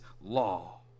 law